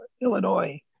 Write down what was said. Illinois